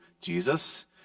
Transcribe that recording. Jesus